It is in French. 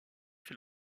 fait